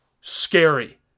scary